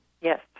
Yes